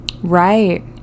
right